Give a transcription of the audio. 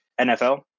NFL